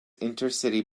intercity